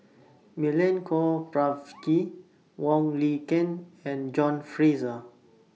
Milenko Prvacki Wong Lin Ken and John Fraser